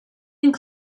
and